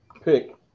pick